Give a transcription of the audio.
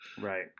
Right